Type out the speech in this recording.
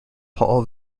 paul